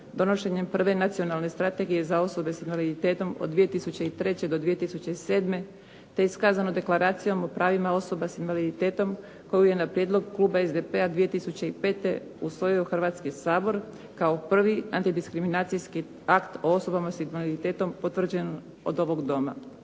donošenjem prve Nacionalne strategije za osobe sa invaliditetom od 2003. do 2007. te je iskazano Deklaracijom o pravima osoba sa invaliditetom koju je na prijedlog Kluba SDP-a 2005. usvojio Hrvatski sabor kao prvi antidiskriminacijski akt o osobama sa invaliditetom potvrđen od ovog Doma.